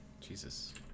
Jesus